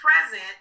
present